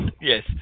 Yes